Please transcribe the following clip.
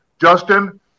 Justin